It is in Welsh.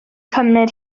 cymryd